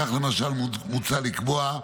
כך למשל מוצע לקבוע,